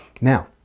Now